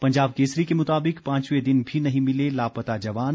पंजाब केसरी के मुताबकि पांचवें दिन भी नहीं मिले लापता जवान